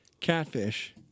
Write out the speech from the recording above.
catfish